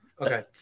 okay